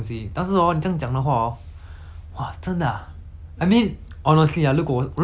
I mean honestly ah 如果我如果我是那个 govern governor or governance people right